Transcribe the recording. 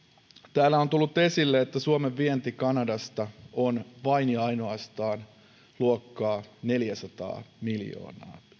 täällä on tullut esille että suomen vienti kanadasta on vain ja ainoastaan luokkaa neljäsataa miljoonaa